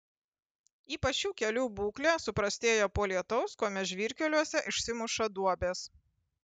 ypač šių kelių būklė suprastėja po lietaus kuomet žvyrkeliuose išsimuša duobės